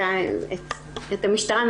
אני